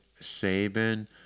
Saban